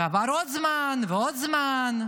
ועבר עוד זמן ועוד זמן,